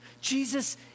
Jesus